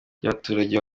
ry’abaturage